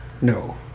no